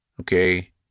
Okay